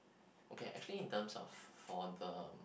okay actually in term of for the